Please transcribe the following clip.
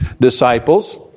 disciples